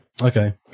Okay